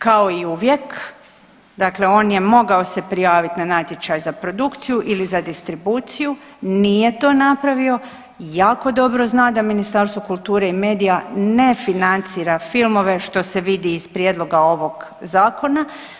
Kao i uvijek, dakle on je mogao se prijaviti na natječaj za produkciju ili za distribuciju, nije to napravio, jako dobro zna da Ministarstvo kulture i medija ne financira filmove, što se vidi iz prijedloga ovog Zakona.